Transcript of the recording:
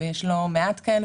שיש לא מעט כאלה,